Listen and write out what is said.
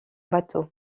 bateau